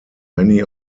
many